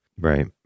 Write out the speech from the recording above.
right